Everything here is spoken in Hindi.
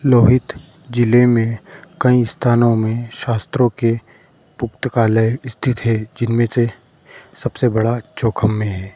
लोहित ज़िले में कई स्थानों में शास्त्रों के पुस्तकालय स्थित है जिनमें से सबसे बड़ा चौखम में है